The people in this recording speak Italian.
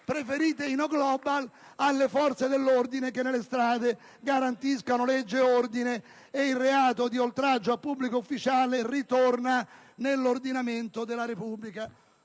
preferite i *no* *global* alle forze dell'ordine che nelle strade garantiscono legge ed ordine! Ora il reato di oltraggio a pubblico ufficiale ritorna nell'ordinamento della Repubblica.